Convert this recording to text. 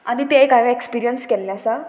आनी ते एक हांवें एक्सपिरियन्स केल्ले आसा